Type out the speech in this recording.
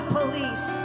police